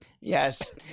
Yes